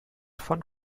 von